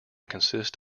consist